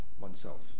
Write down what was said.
oneself